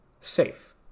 safe